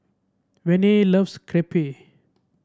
Vonnie loves Crepe